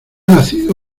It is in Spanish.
nacido